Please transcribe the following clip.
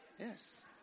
Yes